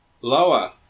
Lower